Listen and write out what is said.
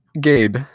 Gabe